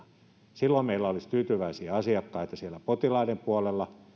silloin meillä olisi tyytyväisiä asiakkaita siellä potilaiden puolella